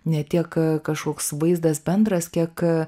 ne tiek kažkoks vaizdas bendras kiek